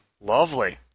Lovely